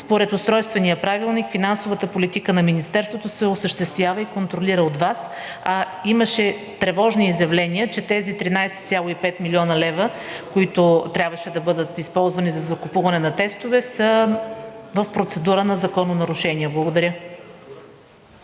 според Устройствения правилник финансовата политика на Министерството се осъществява и контролира от Вас, а имаше тревожни изявления, че тези 13,5 млн. лв., които трябваше да бъдат използвани за закупуване на тестове, са в процедура на закононарушение. Благодаря.